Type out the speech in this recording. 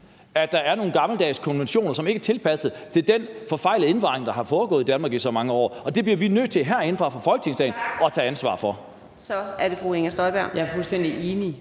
at der er nogle gammeldags konventioner, som ikke er tilpasset den forfejlede indvandringspolitik, der er blevet ført i Danmark i så mange år, og det bliver vi nødt til herinde fra Folketingssalen af at tage ansvar for. Kl. 14:43 Fjerde næstformand